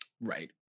Right